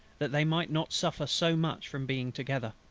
that they might not suffer so much from being together.